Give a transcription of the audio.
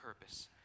purpose